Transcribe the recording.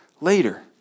later